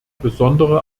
besondere